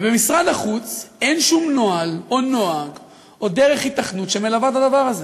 ובמשרד החוץ אין שום נוהל או נוהג או דרך היתכנות שמלווה את הדבר הזה.